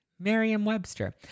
Merriam-Webster